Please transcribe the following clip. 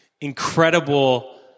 incredible